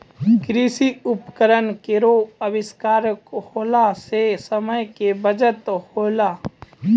कृषि उपकरण केरो आविष्कार होला सें समय के बचत होलै